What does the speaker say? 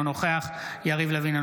אינו נוכח יריב לוין,